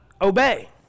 obey